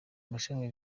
mashami